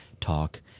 talk